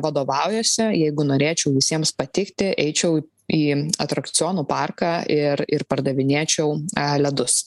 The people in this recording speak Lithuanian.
vadovaujuosi jeigu norėčiau visiems patikti eičiau į atrakcionų parką ir ir pardavinėčiau ledus